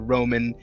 Roman